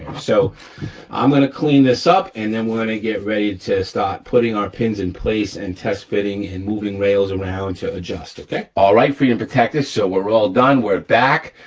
so i'm gonna clean this up, and then we're gonna get ready to start putting our pins in place and test fitting and moving rails around to adjust, okay. all right, freedom protectors, so we're all done, we're back,